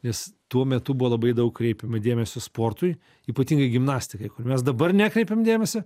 nes tuo metu buvo labai daug kreipiama dėmesio sportui ypatingai gimnastikai kur mes dabar nekreipiam dėmesio